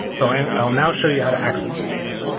so i will now show you how to access the data.